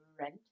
rent